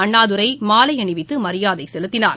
அண்ணாதுரைமாலைஅணிவித்துமரியாதைசெலுத்தினார்